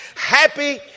Happy